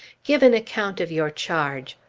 give an account of your charge.